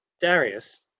Darius